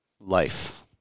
life